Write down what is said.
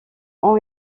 ont